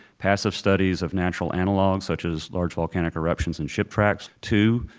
passive studies of natural analogues such as large volcanic eruptions and ship tracks. two,